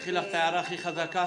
קחי לך את ההערה הכי חזקה.